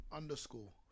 underscore